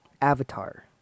Avatar